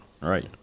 Right